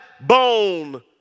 bone